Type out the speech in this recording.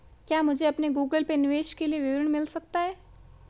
क्या मुझे अपने गूगल पे निवेश के लिए विवरण मिल सकता है?